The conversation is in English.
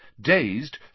dazed